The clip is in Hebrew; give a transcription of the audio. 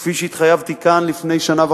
כפי שהתחייבתי כאן לפני שנה וחצי.